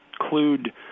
include